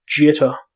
jitter